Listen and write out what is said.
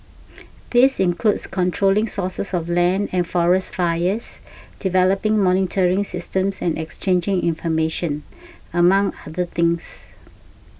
this includes controlling sources of land and forest fires developing monitoring systems and exchanging information among other things